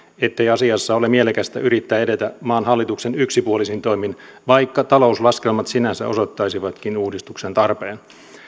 ettei asiassa ole mielekästä yrittää edetä maan hallituksen yksipuolisin toimin vaikka talouslaskelmat sinänsä osoittaisivatkin uudistuksen tarpeen